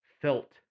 felt